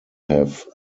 have